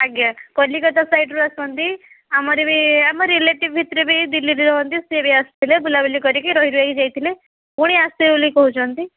ଆଜ୍ଞା କଲିକତା ସାଇଡ଼୍ରୁ ଆସନ୍ତି ଆମର ବି ଆମ ରିଲେଟିଭ୍ ଭିତରେ ବି ଦିଲ୍ଲୀରେ ରହନ୍ତି ସିଏବି ଆସିଥିଲେ ବୁଲାବୁଲି କରିକି ରହିରୁହାକି ଯାଇଥିଲେ ପୁଣି ଆସିବେ ବେଲି କହୁଛନ୍ତି